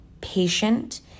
patient